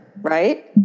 right